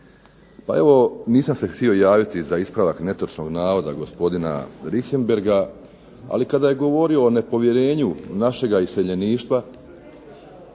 Pa evo nisam se htio javiti za ispravak netočnog navoda gospodina Richembergha ali kada je govorio o nepovjerenju našega iseljeništva